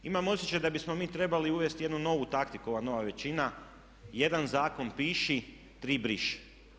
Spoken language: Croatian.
Imam osjećaj da bismo mi trebali uvesti jednu novu taktiku, ova nova većina, jedan zakon piši tri briši.